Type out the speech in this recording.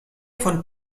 von